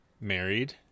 married